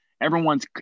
Everyone's –